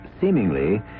seemingly